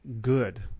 good